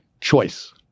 Choice